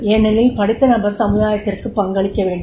ஏனெனில் படித்த நபர் சமுதாயத்திற்கும் பங்களிக்க வேண்டும்